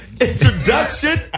introduction